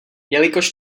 jelikož